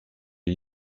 les